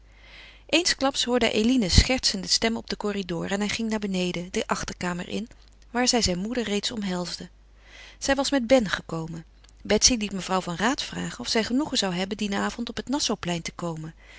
eensklaps hoorde hij eline's schertsende stem op den corridor en hij ging naar beneden de achterkamer in waar zij zijn moeder reeds omhelsde zij was met ben gekomen betsy liet mevrouw van raat vragen of zij genoegen zou hebben dien avond op het nassauplein te komen